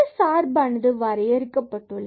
இந்த சார்பானது வரையறுக்கப்பட்டுள்ளது